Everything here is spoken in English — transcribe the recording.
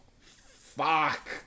fuck